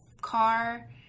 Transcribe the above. car